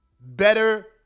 better